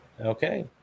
Okay